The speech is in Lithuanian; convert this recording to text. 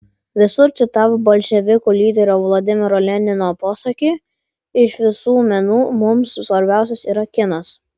visur citavo bolševikų lyderio vladimiro lenino posakį iš visų menų mums svarbiausias yra kinas